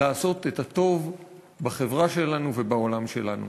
לעשות את הטוב בחברה שלנו ובעולם שלנו.